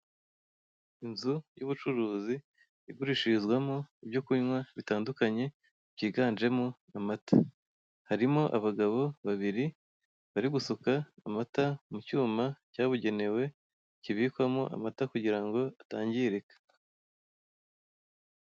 Inzu y'ubucuruzi igurishirizwamo ibyo kunywa bitandukanye byiganjemo amata. Harimo abagabo babiri bari gusuka amata mu cyuma cyabugenewe, kibikwamo amata kugira ngo atangirika.